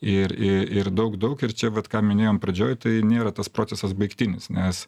ir i ir daug daug ir čia vat ką minėjom pradžioj tai nėra tas procesas baigtinis nes